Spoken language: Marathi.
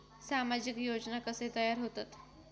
सामाजिक योजना कसे तयार होतत?